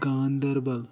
Ganderbal